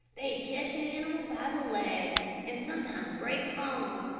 they'd catch an animal by the leg and sometimes break the bone,